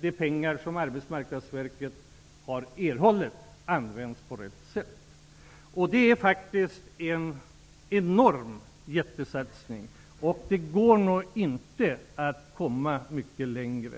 de pengar som Arbetsmarknadsverket har erhållit används på rätt sätt. Det är en enorm satsning, och det går nog inte att komma mycket längre.